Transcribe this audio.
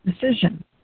decision